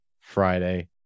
Friday